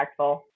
impactful